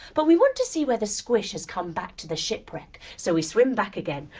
but we want to see whether squish has come back to the shipwreck. so we swim back again.